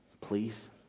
Please